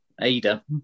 Ada